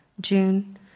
June